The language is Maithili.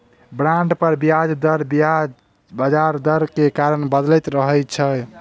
बांड पर ब्याज दर बजार दर के कारण बदलैत रहै छै